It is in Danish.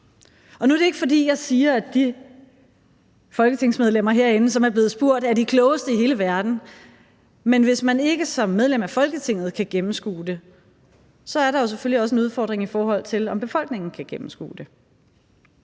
Og nu er det ikke, fordi jeg siger, at de folketingsmedlemmer herinde, som er blevet spurgt, er de klogeste i hele verden, men hvis man ikke som medlem af Folketinget kan gennemskue det, er der jo selvfølgelig også en udfordring, i forhold til om befolkningen kan gennemskue det.